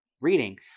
reading